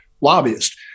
lobbyist